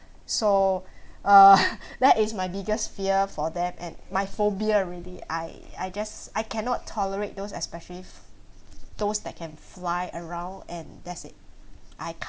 so uh that is my biggest fear for them and my phobia already I I just I cannot tolerate those especially those that can fly around and that's it I can't